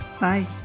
Bye